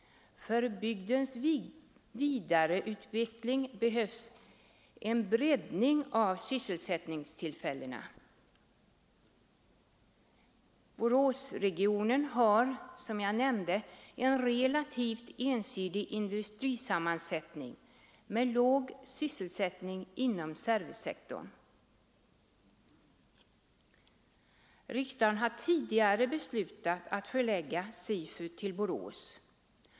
För bygdens vidareutveckling behövs en breddning av sysselsättningstillfällena. Boråsregionen har, som jag nämnde, en relativt ensidig industrisammansättning med låg sysselsättning inom servicesektorn. Riksdagen har tidigare beslutat att förlägga SIFU till Borås.